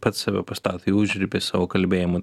pats save pastato į užribį savo kalbėjimu